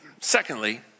Secondly